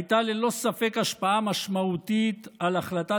הייתה ללא ספק השפעה משמעותית על החלטת